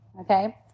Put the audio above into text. Okay